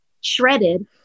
shredded